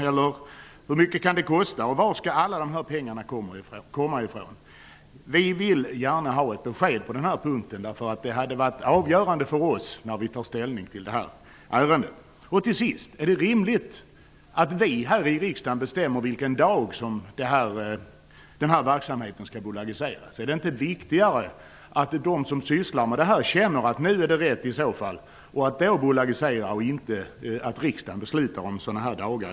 Eller hur mycket kan det kosta? Var skall alla pengarna komma ifrån? Vi socialdemokrater vill gärna ha ett besked på denna punkt. Det är avgörande för oss när vi tar ställning i detta ärende. Till sist undrar jag om det är rimligt att vi här i riksdagen skall bestämma vilken dag som denna verksamhet skall bolagiseras. Är det inte viktigare att de som sysslar med detta bolagiserar när de känner att tidpunkten är inne, i stället för att riksdagen beslutar om sådana dagar?